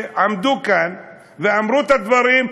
שעמדו כאן ואמרו את הדברים,